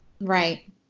Right